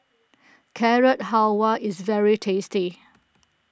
Carrot Halwa is very tasty